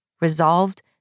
resolved